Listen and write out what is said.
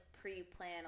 pre-plan